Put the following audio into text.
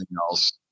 else